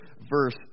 verse